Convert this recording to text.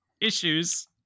issues